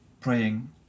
praying